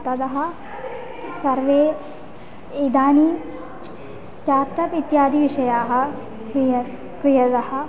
ततः सर्वे इदानीं स्टार्टप् इत्यादिविषयाः क्रिया क्रियन्ते